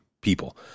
people